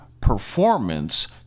performance